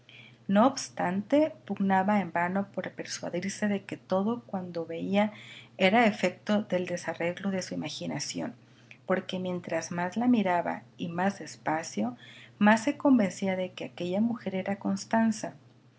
no obstante pugnaba en vano por persuadirse de que todo cuando veía era efecto del desarreglo de su imaginación porque mientras más la miraba y más despacio más se convencía de que aquella mujer era constanza